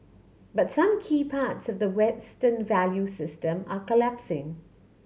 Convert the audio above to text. but some key parts of the Western value system are collapsing